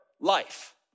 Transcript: life